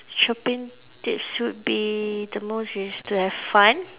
shopping tips would be the most is to have fun